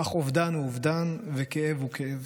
אך אובדן הוא אובדן וכאב הוא כאב.